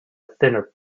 thinner